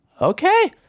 Okay